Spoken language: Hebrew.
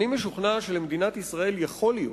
אני משוכנע שלמדינת ישראל יכול להיות